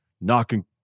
knocking